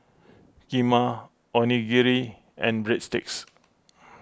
Kheema Onigiri and Breadsticks